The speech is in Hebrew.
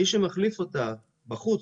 מי שמחליף אותה בחוץ,